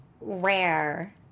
rare